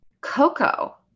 Coco